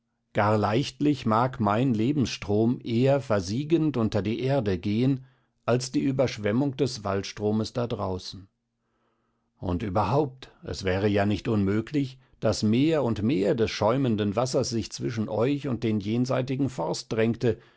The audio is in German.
gar leichtlich mag mein lebensstrom eher versiegend unter die erde gehn als die überschwemmung des waldstromes da draußen und überhaupt es wäre ja nicht unmöglich daß mehr und mehr des schäumenden wassers sich zwischen euch und den jenseitigen forst drängte